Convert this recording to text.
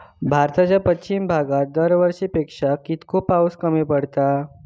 भारताच्या पश्चिम भागात दरवर्षी पेक्षा कीतको पाऊस कमी पडता?